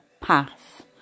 path